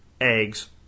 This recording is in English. eggs